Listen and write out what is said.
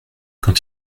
quand